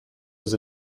was